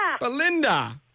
Belinda